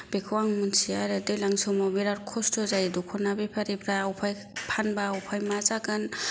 बेखौ आं मोन्थियो आरो दैज्लां समाव बिराद खस्थ' जायो दख'ना बेफारिफ्रा बबेहाय फानबा बबेहाय मा जागोन